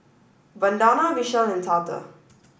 Vandana Vishal and Tata